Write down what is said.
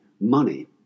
money